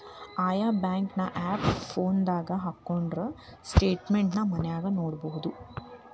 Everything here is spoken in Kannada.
ಆಯಾ ಬ್ಯಾಂಕಿನ್ ಆಪ್ ಫೋನದಾಗ ಹಕ್ಕೊಂಡ್ರ ಸ್ಟೆಟ್ಮೆನ್ಟ್ ನ ಮನ್ಯಾಗ ನೊಡ್ಬೊದು